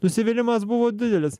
nusivylimas buvo didelis